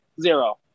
Zero